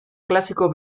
klasiko